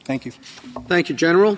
thank you thank you general